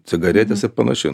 cigaretės ir panašiai